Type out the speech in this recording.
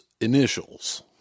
initials